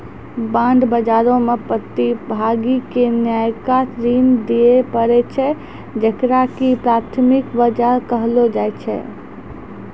bond बजारो मे प्रतिभागी के नयका ऋण दिये पड़ै छै जेकरा की प्राथमिक बजार कहलो जाय छै